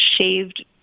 shaved